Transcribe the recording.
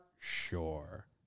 Sure